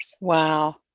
Wow